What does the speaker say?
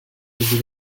into